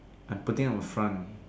I'm putting up a front